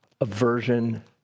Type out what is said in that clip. aversion